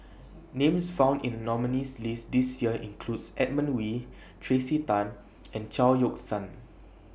Names found in nominees' list This Year includes Edmund Wee Tracey Tan and Chao Yoke San